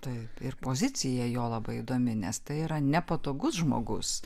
taip ir pozicija jo labai įdomi nes tai yra nepatogus žmogus